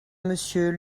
monsieur